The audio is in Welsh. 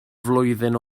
flwyddyn